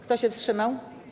Kto się wstrzymał?